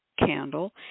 Candle